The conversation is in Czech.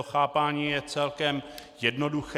Chápání je celkem jednoduché.